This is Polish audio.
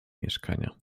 mieszkania